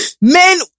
men